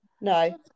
no